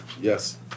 Yes